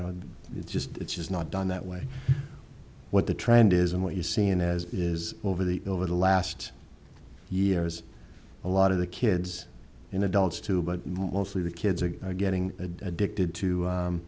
know it's just it's just not done that way what the trend is and what you're seeing as is over the over the last years a lot of the kids and adults too but mostly the kids are getting addicted to